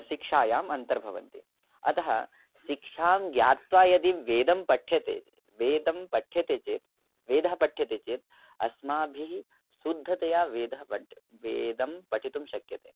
शिक्षायाम् अन्तर्भवन्ति अतः शिक्षां ज्ञात्वा यदि वेदं पठ्यते वेदं पठ्यते चेत् वेदः पठ्यते चेत् अस्माभिः शुद्धतया वेदः पठ् वेदं पठितुं शक्यते